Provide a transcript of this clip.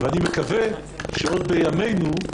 אני מקווה שעוד בימינו,